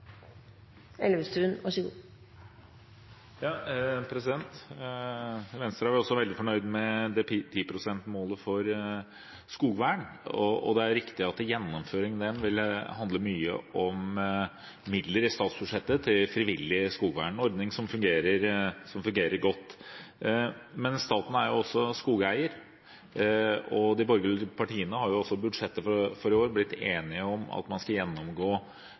også veldig fornøyd med 10 pst.-målet for skogvern, og det er riktig at gjennomføringen av det vil handle mye om midler i statsbudsjettet til frivillig skogvern, en ordning som fungerer godt. Men staten er også skogeier, og de borgerlige partiene har i budsjettet for i år blitt enige om at man skal gjennomgå